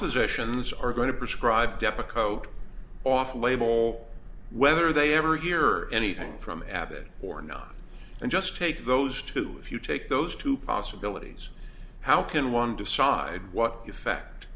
physicians are going to prescribe depakote off label whether they ever hear anything from abbott or not and just take those two if you take those two possibilities how can one decide what effect